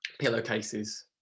pillowcases